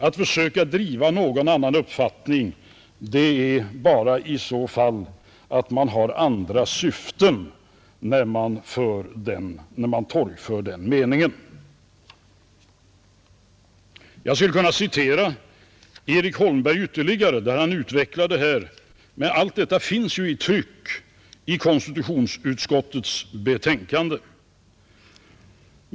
Att försöka driva någon annan uppfattning innebär bara att man har andra syften när man torgför den uppfattningen. Jag skulle kunna citera Erik Holmberg ytterligare, när han utvecklar denna fråga, men allt detta finns ju i tryck i konstitutionsutskottets betänkande.